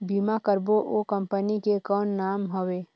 बीमा करबो ओ कंपनी के कौन नाम हवे?